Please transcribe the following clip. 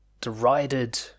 derided